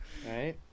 Right